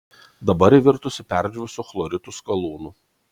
dabar ji virtusi perdžiūvusiu chloritų skalūnu